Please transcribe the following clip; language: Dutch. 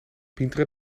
pientere